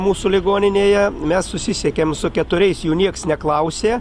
mūsų ligoninėje mes susisiekėm su keturiais jų nieks neklausė